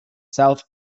south